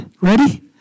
Ready